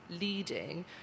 leading